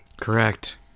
Correct